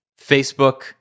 Facebook